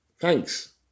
thanks